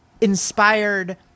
inspired